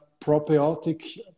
probiotic